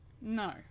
No